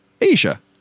Asia